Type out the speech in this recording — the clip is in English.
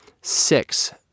Six